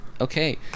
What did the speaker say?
Okay